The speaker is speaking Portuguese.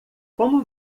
como